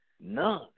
none